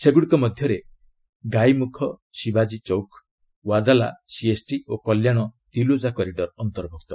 ସେଗୁଡ଼ିକ ମଧ୍ୟରେ ଗାଇମୁଖ ଶିବାଜୀ ଚୌକ ୱାଦାଲା ସିଏସ୍ଟି ଓ କଲ୍ୟାଣ ତଲୋଜା କରିଡର ଅନ୍ତର୍ଭୁକ୍ତ